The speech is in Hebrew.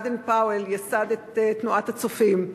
באדן פאוול ייסד את תנועת "הצופים".